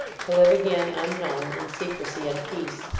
to live again unknown, in secrecy and peace.